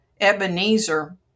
Ebenezer